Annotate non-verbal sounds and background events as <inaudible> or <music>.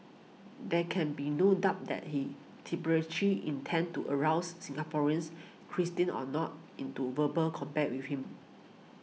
there can be no doubt that he <unintelligible> intended to arouse Singaporeans Christians or not into verbal combat with him